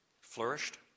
flourished